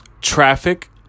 traffic